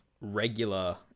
regular